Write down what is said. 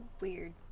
weird